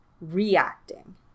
reacting